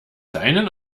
deinen